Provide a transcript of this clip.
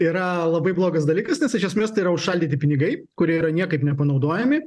yra labai blogas dalykas nes iš esmės tai yra užšaldyti pinigai kurie yra niekaip nepanaudojami